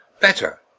better